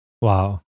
Wow